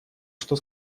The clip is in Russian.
что